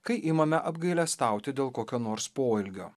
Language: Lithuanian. kai imame apgailestauti dėl kokio nors poelgio